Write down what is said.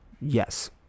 yes